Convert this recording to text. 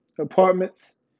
apartments